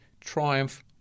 triumph